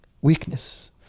weakness